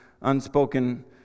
unspoken